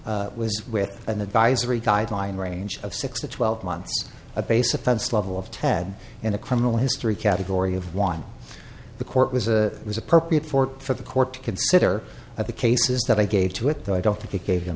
was with an advisory guideline range of six to twelve months a base offense level of ted and a criminal history category of one the court was a was appropriate for for the court to consider at the cases that i gave to it though i don't think it gave them